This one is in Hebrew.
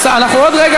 אנחנו עוד רגע,